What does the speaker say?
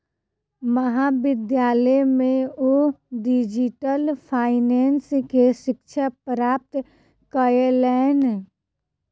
महाविद्यालय में ओ डिजिटल फाइनेंस के शिक्षा प्राप्त कयलैन